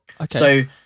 Okay